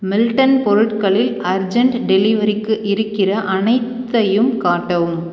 Milton பொருட்களில் urgent டெலிவரிக்கு இருக்கிற அனைத்தையும் காட்டவும்